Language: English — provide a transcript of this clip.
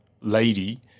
lady